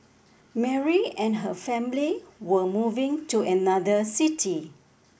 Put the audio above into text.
Mary and her family were moving to another city